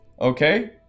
okay